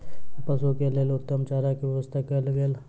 पशु के लेल उत्तम चारा के व्यवस्था कयल गेल